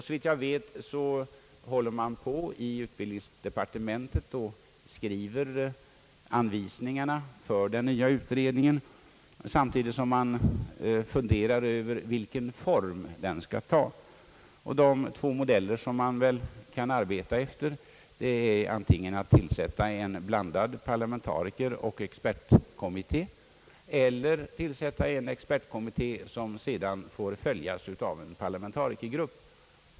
Såvitt jag vet skriver man i utbildningsdepartementet just nu anvisningarna för den nya utredningen, samtidigt som man funderar över vilken form den skall ta. De två modeller som man väl kan arbeta efter är antingen att tillsätta en blandad parlamentarikeroch expertkommitté eller att tillsätta en expertkommitté som sedan får följas av en parlamentarikergrupp.